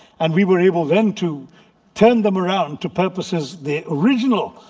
and we were able then to turn them around to purposes the original